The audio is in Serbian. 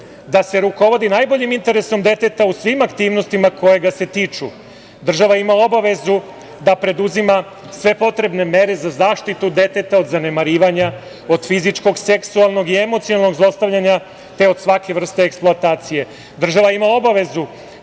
da se rukovodi najboljim interesom deteta u svim aktivnostima koje ga se tiču. Država ima obavezu da preduzima sve potrebne mere za zaštitu deteta od zanemarivanja, od fizičkog, seksualnog i emocionalnog zlostavljanja, te od svake vrste eksploatacije. Država ima obavezu